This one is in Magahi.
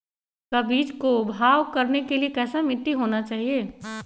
का बीज को भाव करने के लिए कैसा मिट्टी होना चाहिए?